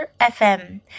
FM